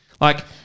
like-